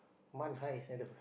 MAN high is